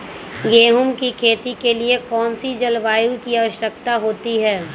गेंहू की खेती के लिए कौन सी जलवायु की आवश्यकता होती है?